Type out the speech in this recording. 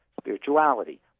spirituality